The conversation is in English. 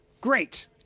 great